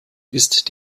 ist